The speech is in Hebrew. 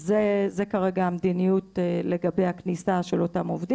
זאת כרגע המדיניות לגבי הכניסה של אותם אנשים,